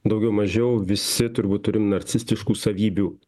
daugiau mažiau visi turbūt turim narcistiškų savybių